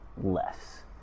less